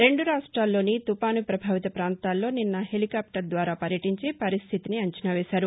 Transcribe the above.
రెండు రాష్ట్రాల్లోని తుపాను ప్రభావిత ప్రాంతాల్లో నిన్న హెలికాప్టర్ ద్వారా పర్యటించి పరిస్టితిని అంచనా వేశారు